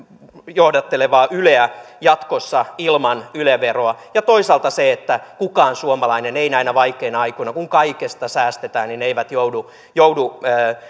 johdattelevaa yleä jatkossa ilman yle veroa ja toisaalta se että kukaan suomalainen näinä vaikeina aikoina kun kaikesta säästetään ei joudu